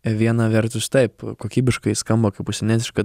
viena vertus taip kokybiškai skamba kaip užsienietiška